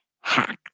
hacked